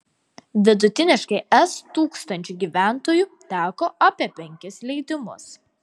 vidutiniškai es tūkstančiu gyventojų teko apie penkis leidimus